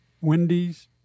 Wendy's